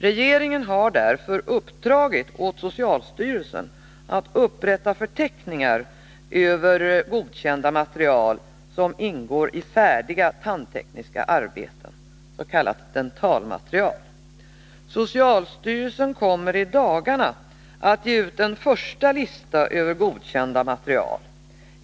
Regeringen har uppdragit åt socialstyrelsen att upprätta förteckningar över godkända material som ingår i färdiga tandtekniska arbeten, s.k. dentalmaterial. Socialstyrelsen kommer att i dagarna ge ut en första lista över godkända dentalmaterial.